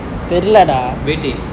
waiting